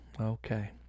okay